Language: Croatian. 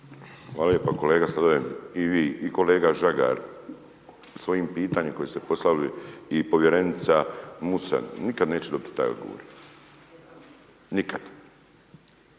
Hvala lijepa kolega Sladoljev. I vi i kolega Žagar svojim pitanjem koje ste postavili i povjerenica Musa, nikada nećete dobiti taj odgovor. Nikad.